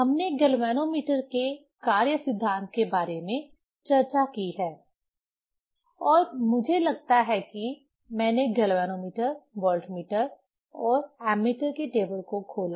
हमने गैल्वेनोमीटर के कार्य सिद्धांत के बारे में चर्चा की है और मुझे लगता है कि मैंने गैल्वेनोमीटर वाल्टमीटर और एमीटर के टेबल को खोला